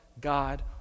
God